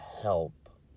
Help